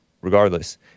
regardless